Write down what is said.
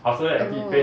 !aiyo!